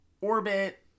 orbit